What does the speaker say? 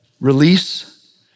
release